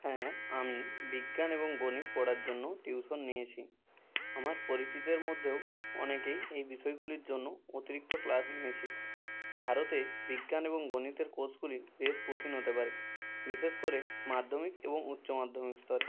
হ্যাঁ আমি বিজ্ঞান এবং গণিত পড়ার জন্য টিউশন নিয়েছি আমার পরিচিতের মধ্যেও অনেকেই এই বিষয়গুলির জন্য অতিরিক্ত ক্লাস নিয়েছে ভারতে বিজ্ঞান এবং গণিতের কোর্সগুলি বেশ কঠিন হতে পারে বিশেষ করে মাধ্যমিক এবং উচ্চ মাধ্যমিক স্তরে